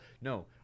no